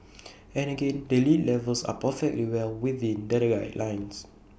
and again the lead levels are perfectly well within the guidelines